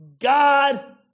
God